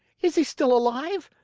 is he still alive?